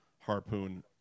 harpoon